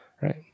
Right